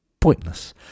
pointless